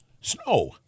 snow